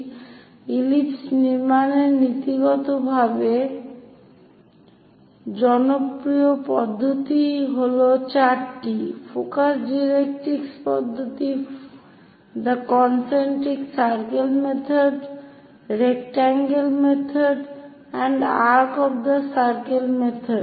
সুতরাং ইলিপস নির্মাণের নীতিগতভাবে জনপ্রিয় পদ্ধতি হল চারটি ফোকাস ডাইরেক্ট্রিক্স পদ্ধতি একটি concentric circle method rectangle method এবং arc of the circle method